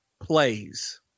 plays